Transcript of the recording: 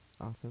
awesome